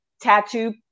tattoo